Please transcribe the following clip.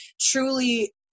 truly